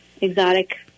exotic